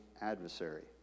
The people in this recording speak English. adversary